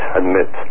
admit